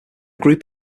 group